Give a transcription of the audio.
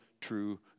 true